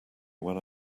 when